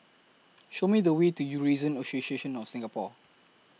Show Me The Way to Eurasian Association of Singapore